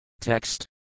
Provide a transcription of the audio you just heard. Text